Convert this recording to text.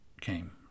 came